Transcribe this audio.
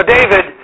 David